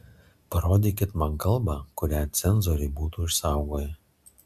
parodykit man kalbą kurią cenzoriai būtų išsaugoję